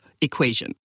equation